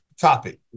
topic